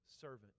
servant